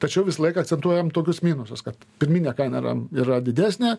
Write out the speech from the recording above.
tačiau visą laiką akcentuojam tokius minusus kad pirminė kaina yra yra didesnė